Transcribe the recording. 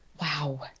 Wow